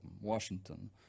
Washington